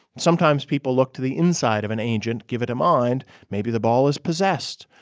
sometimes people look to the inside of an agent give it a mind. maybe the ball is possessed.